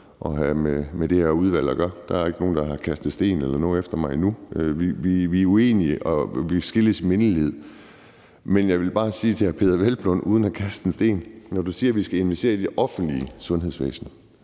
at have med det her udvalg at gøre. Der er ikke nogen, der har kastet sten eller noget efter mig endnu. Vi er uenige, og vi skilles i mindelighed. Men jeg vil bare sige til hr. Peder Hvelplund uden at kaste en sten: Når du siger, vi skal investere i det offentlige sundhedsvæsen,